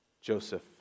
Joseph